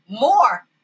more